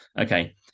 Okay